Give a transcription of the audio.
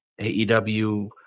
AEW